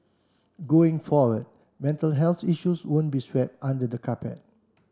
going forward mental health issues won't be swept under the carpet